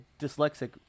dyslexic